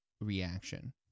reaction